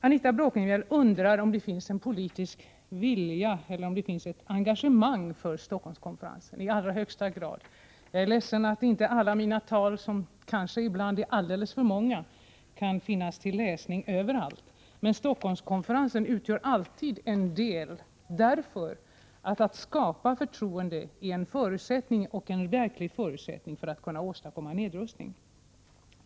Anita Bråkenhielm undrar om det finns en politisk vilja eller ett engagemang för Stockholmskonferensen. Ja, i allra högsta grad! Jag är ledsen att inte samtliga mina tal, som kanske ibland är alldeles för många, kan finnas till läsning överallt. Stockholmskonferensen utgör emellertid alltid en del för att skapa förtroende, och att skapa förtroende är en verklig förutsättning för att kunna åstadkomma en nedrustning.